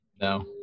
No